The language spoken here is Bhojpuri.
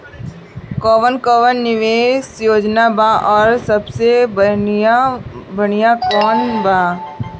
कवन कवन निवेस योजना बा और सबसे बनिहा कवन बा?